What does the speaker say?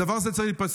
הדבר הזה צריך להיפסק.